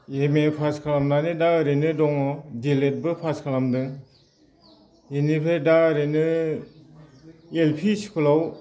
M A pass खालामनानै दा ओरैनो दङ दि एल एड बो पास खालामदों इनिफ्राय दा ओरैनो एल पि स्कुलाव